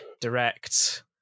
direct